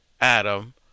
Adam